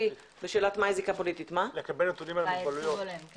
וגם לקבל נתונים לגבי האנשים עם המוגבלויות.